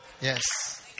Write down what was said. Yes